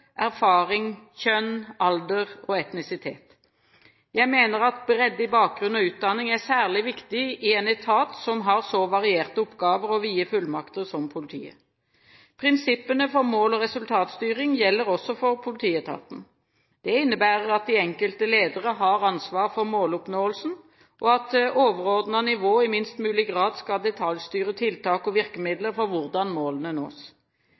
erfaring, kjønn, alder og etnisitet. Jeg mener at bredde i bakgrunn og utdanning er særlig viktig i en etat som har så varierte oppgaver og vide fullmakter som politiet. Prinsippene for mål- og resultatstyring gjelder også for politietaten. Det innebærer at de enkelte ledere har ansvar for måloppnåelsen, og at overordnet nivå i minst mulig grad skal detaljstyre tiltak og virkemidler for hvordan målene nås.